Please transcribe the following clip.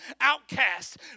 outcasts